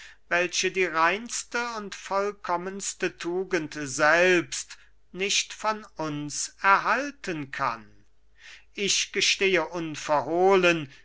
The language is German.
welche die reinste und vollkommenste tugend selbst nicht von uns erhalten kann ich gestehe unverhohlen